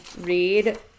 read